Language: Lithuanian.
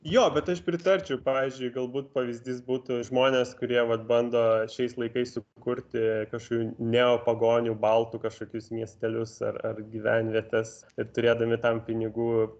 jo bet aš pritarčiau pavyzdžiui galbūt pavyzdys būtų žmonės kurie vat bando šiais laikais sukurti kažkokių neopagonių baltų kažkokius miestelius ar ar gyvenvietes ir turėdami tam pinigų